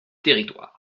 territoires